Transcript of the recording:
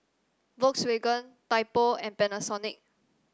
Volkswagen Typo and Panasonic